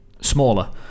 smaller